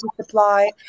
supply